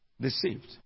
Deceived